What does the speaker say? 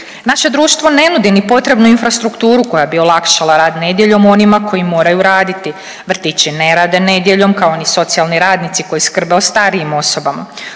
Naše društvo ne nudi ni potrebnu infrastrukturu koja bi olakšala rad nedjeljom onima koji moraju raditi, vrtići ne rade nedjeljom, kao ni socijalni radnici koji skrbe o starijim osobama,